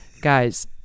guys